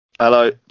Hello